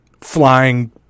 flying